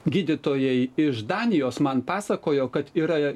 gydytojai iš danijos man pasakojo kad yra